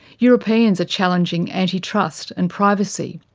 europeans are challenging antitrust and privacy,